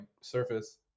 surface